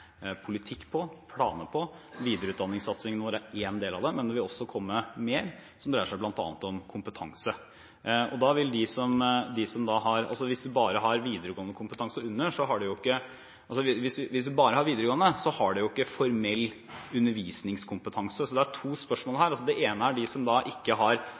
politikk og planer. Videreutdanningssatsingen vår er en del av det, men det vil også komme mer som dreier seg bl.a. om kompetanse. Hvis man bare har videregående skole, har man ikke formell undervisningskompetanse, så det er to spørsmål her. Det ene gjelder dem som ikke har